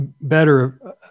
better